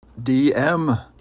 DM